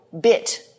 bit